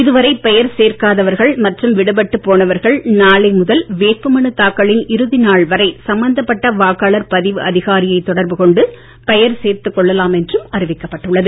இது வரை பெயர் சேர்க்காதவர்கள் மற்றும் விடுபட்டு போனவர்கள் நாளை முதல் வேட்புமனு தாக்கலின் இறுதி நாள் வரை சம்பந்தப்பட்ட வாக்காளர் பதிவு அதிகாரியை தொடர்பு கொண்டு பெயர் சேர்த்துக் கொள்ளலாம் என்றும் அறிவிக்கப்பட்டுள்ளது